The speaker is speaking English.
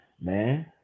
Man